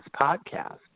podcast